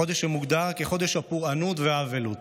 חודש שמוגדר כחודש הפורענות והאבלות,